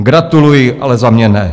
Gratuluji, ale za mě ne.